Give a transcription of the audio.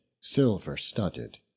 silver-studded